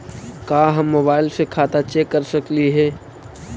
का हम मोबाईल से खाता चेक कर सकली हे?